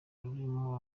rurimo